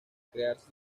crearse